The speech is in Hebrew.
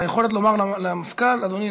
לא יכולת לומר למפכ"ל: אדוני,